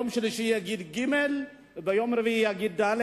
ביום שלישי יגיד ג' וביום רביעי יגיד ד'.